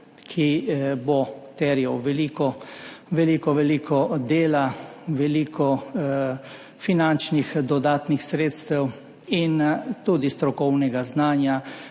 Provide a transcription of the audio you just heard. ki bo terjal veliko, veliko dela, veliko dodatnih finančnih sredstev in tudi strokovnega znanja,